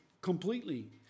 completely